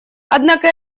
однако